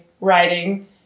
writing